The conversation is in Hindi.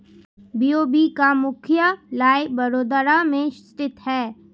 बी.ओ.बी का मुख्यालय बड़ोदरा में स्थित है